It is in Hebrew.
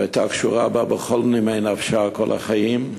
והייתה קשורה בה בכל נימי נפשה, כל החיים.